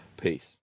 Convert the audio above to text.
Peace